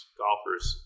golfers